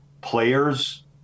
players